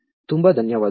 ತುಂಬ ಧನ್ಯವಾದಗಳು